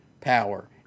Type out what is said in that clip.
power